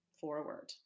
forward